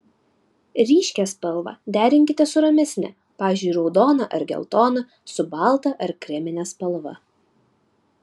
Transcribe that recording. ryškią spalvą derinkite su ramesne pavyzdžiui raudoną ar geltoną su balta ar kremine spalva